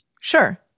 Sure